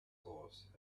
horse